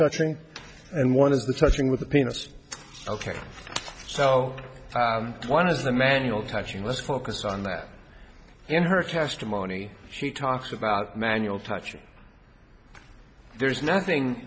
touching and one of the touching with the penis ok so one is the manual touching let's focus on that in her testimony she talks about manual touching there's nothing